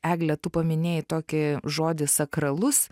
egle tu paminėjai tokį žodį sakralus